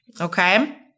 Okay